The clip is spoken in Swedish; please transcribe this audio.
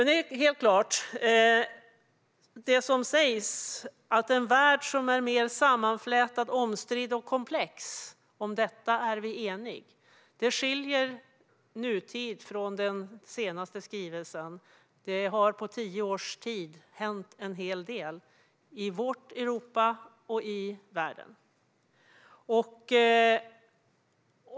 Det sägs att det är en värld som är mer sammanflätad, omstridd och komplex. Om det är vi eniga. Det skiljer nutid från tiden för den senaste skrivelsen. Det har på tio års tid hänt en hel del i vårt Europa och i världen.